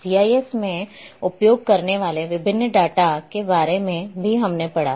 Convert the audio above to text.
GIS में उपयोग करने वाले विभिन्न डाटा के बारे में भी हमने पढ़ा